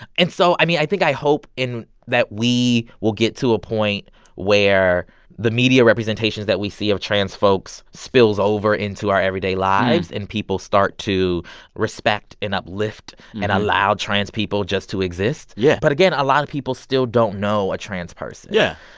and so, i mean, i think i hope in that we will get to a point where the media representations that we see of trans folks spills over into our everyday lives and people start to respect and uplift and allow trans people just to exist yeah but again, a lot of people still don't know a trans person yeah,